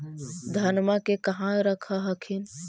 धनमा के कहा रख हखिन?